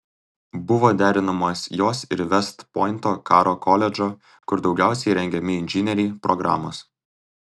buvo derinamos jos ir vest pointo karo koledžo kur daugiausiai rengiami inžinieriai programos